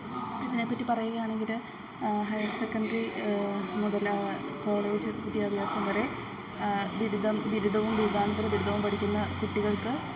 ഇതിനെ പറ്റി പറയുകയാണെങ്കിൽ ഹയർ സെക്കണ്ടറി മുതൽ കോളേജ് വിദ്യാഭ്യാസം വരെ ബിരുദം ബിരുദവും ബിരുദാനന്തര ബിരുദവും പഠിക്കുന്ന കുട്ടികൾക്ക്